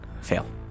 Fail